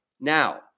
Now